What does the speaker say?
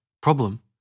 problem